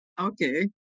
Okay